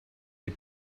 les